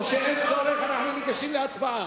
אין צורך, אנחנו ניגשים להצבעה.